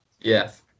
yes